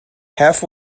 half